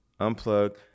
unplug